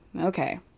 okay